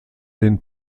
den